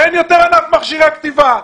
אין יותר ענף מכשירי כתיבה,